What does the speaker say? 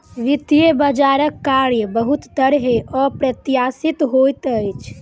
वित्तीय बजारक कार्य बहुत तरहेँ अप्रत्याशित होइत अछि